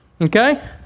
okay